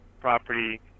property